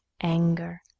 anger